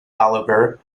oliver